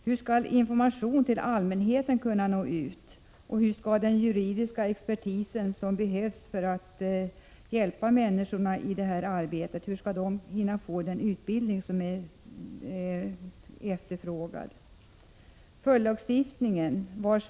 Hur skall information kunna nå ut till allmänheten, och hur skall den juridiska expertis som behövs för att hjälpa människor i detta arbete hinna få utbildning?